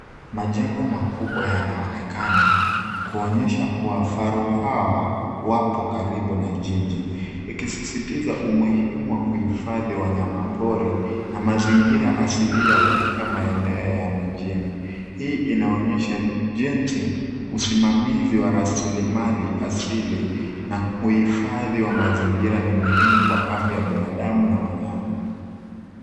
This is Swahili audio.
Majengo makubwa yanaonekana, kuonyesha kuwa faru hawa wapo karibu na jiji, ikisisitiza umuhimu wa kuhifadhi wanyamapori na mazingira asilia katika maeneo ya mjini. Hii inaonyesha jinsi usimamizi wa rasilimali asili na uhifadhi wa mazingira ni muhimu kwa afya ya binadamu na wanyama.